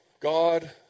God